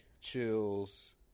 chills